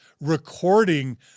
recording